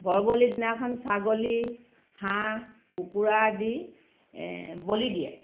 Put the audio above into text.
বৰ বলিৰ দিনাখন ছাগলী হাঁহ কুকুৰা আদি বলি দিয়ে